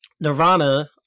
nirvana